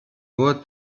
nur